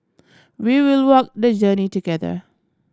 we will walk the journey together